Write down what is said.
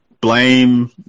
Blame